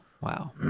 Wow